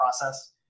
process